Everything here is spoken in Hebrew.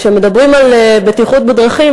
כשמדברים על בטיחות בדרכים,